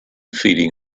feeding